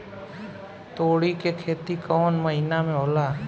तोड़ी के खेती कउन महीना में होला?